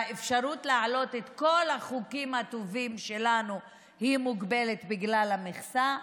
האפשרות להעלות את כל החוקים הטובים שלנו מוגבלת בגלל המכסה.